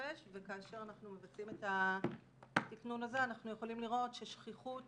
וכאשר אנחנו מבצעים את התקנון הזה אנחנו יכולים לראות ששכיחות